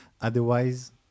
Otherwise